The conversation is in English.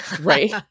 Right